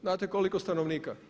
Znate koliko stanovnika?